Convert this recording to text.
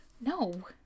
No